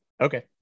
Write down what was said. Okay